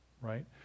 Right